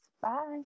Bye